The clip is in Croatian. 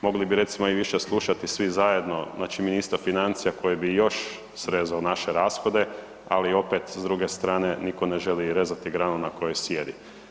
Mogli bi recimo više slušati svi zajedno ministra financija koji bi još srezao naše rashode, ali opet s druge strane nitko ne želi rezati granu na kojoj sjedi.